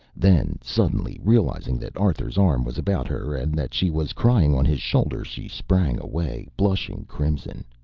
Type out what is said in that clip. then, suddenly, realizing that arthur's arm was about her and that she was crying on his shoulder, she sprang away, blushing crimson.